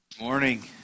Morning